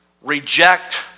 reject